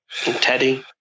teddy